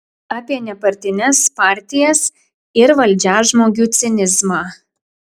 apie nepartines partijas ir valdžiažmogių cinizmą